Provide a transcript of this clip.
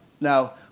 Now